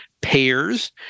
payers